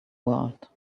world